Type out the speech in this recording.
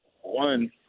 One